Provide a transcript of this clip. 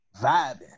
vibing